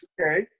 Okay